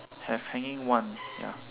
have hanging one ya